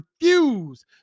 refuse